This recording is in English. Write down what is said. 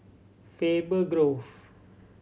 Faber Grove